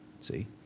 See